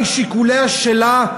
משיקוליה שלה,